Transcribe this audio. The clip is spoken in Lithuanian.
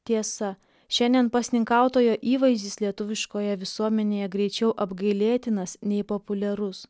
tiesa šiandien pasninkautojo įvaizdis lietuviškoje visuomenėje greičiau apgailėtinas nei populiarus